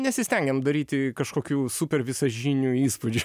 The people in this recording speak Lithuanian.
nesistengiame daryti kažkokių super visažinių įspūdžių